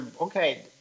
okay